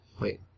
Wait